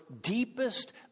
deepest